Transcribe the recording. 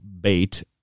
bait